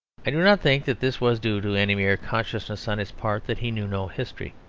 i do not think that this was due to any mere consciousness on his part that he knew no history.